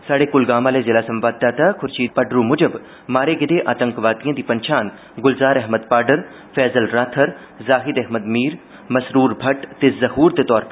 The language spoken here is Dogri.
स्हाड़े कुलगाम आह्ले जिला संवाददाता खर्शीद पडरू मुजब मारे गेदे आतंकवादिएं दी पंछान गुलजार अहमद पाडर फैज़ल राथर ज़ाहिद अहमद मीर मसरूर मट्ट ते ज़हूर दे तौरा पर होई ऐ